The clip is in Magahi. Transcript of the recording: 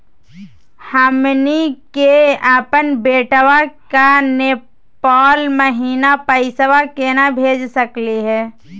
हमनी के अपन बेटवा क नेपाल महिना पैसवा केना भेज सकली हे?